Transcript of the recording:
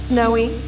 Snowy